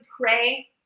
pray